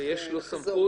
שיש לו סמכות